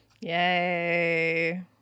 yay